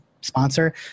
sponsor